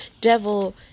devil